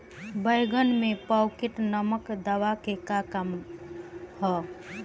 बैंगन में पॉकेट नामक दवा के का काम ह?